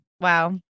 Wow